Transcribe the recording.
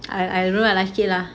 I I really like it lah